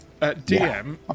DM